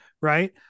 right